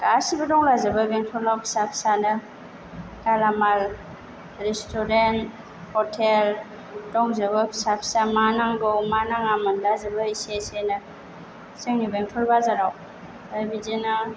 गासिबो दंला जोबो बेथलाव फिसा फिसानो गालामाल रेसथुरेन्ट हटेल दंजोबो फिसा फिसा मा नांगौ मा नाङा मोनला जोबो इसे इसेनो जोंनि बेंथल बाजाराव आरो बिदिनो